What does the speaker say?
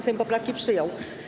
Sejm poprawki przyjął.